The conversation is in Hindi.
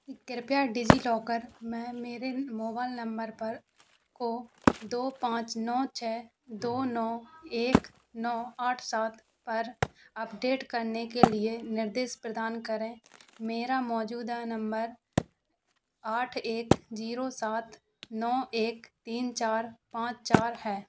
कृपया डिजिलॉकर में मेरे मोबाइल नंबर पर को दो पाँच नौ छः दो नौ एक नौ नौ आठ सात पर अपडेट करने के लिए निर्देश प्रदान करें मेरा मौजूदा नंबर आठ एक जीरो सात नौ एक तीन चार पाँच चार है